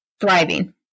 Thriving